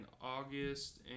August